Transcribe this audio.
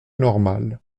normale